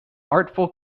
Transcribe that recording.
artful